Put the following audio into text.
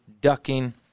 ducking